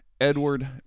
Edward